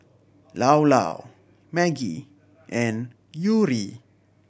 Llao Llao Maggi and Yuri